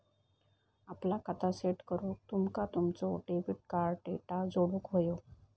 आपला खाता सेट करूक तुमका तुमचो डेबिट कार्ड डेटा जोडुक व्हयो